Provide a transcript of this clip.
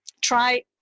try